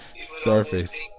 Surface